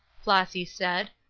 flossy said,